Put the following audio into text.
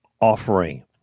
offering